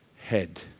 head